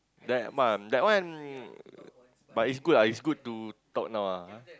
that but that one but is good ah is good to talk now ah